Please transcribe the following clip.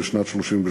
בשנת 1938,